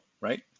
right